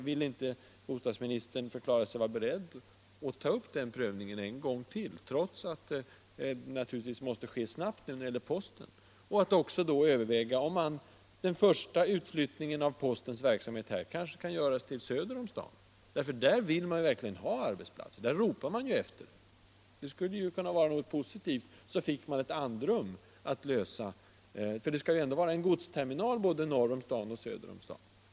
Vill inte bostadsministern förklara sig beredd att ta upp frågan 24 februari 1976 till prövning en gång till, trots att det naturligtvis måste ske snabbt när — det gäller posten, och då också överväga om den första utflyttningen - Om lokalisering av av postens verksamhet kan göras till någon kommun söder om staden? — SJ och posttermi Där vill man verkligen ha arbetsplatser — där ropar man efter dem. Det = naler till Västerjärskulle kunna vara något positivt. Då fick man ett andrum att lösa frågan. va Det skall ju ändå vara en godsterminal både norr om staden och söder om staden.